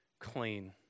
clean